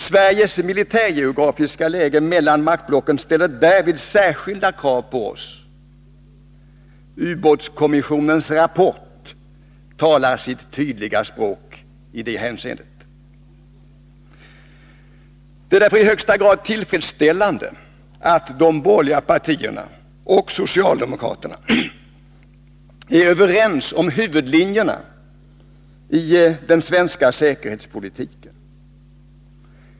Sveriges militärgeografiska läge mellan maktblocken ställer därvid särskilda krav på oss. Ubåtskommissionens rapport talar sitt tydliga språk i det hänseendet. Det är därför i högsta grad tillfredsställande att de borgerliga partierna och socialdemokraterna är överens om huvudlinjerna i den svenska säkerhetspolitiken.